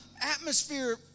atmosphere